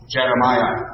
Jeremiah